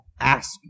ask